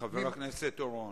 חבר הכנסת אורון,